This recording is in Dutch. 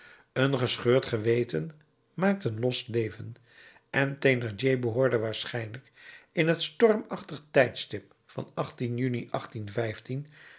een gescheurd geweten maakt een los leven en thénardier behoorde waarschijnlijk in het stormachtig tijdstip van juni